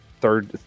third